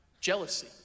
jealousy